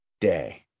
day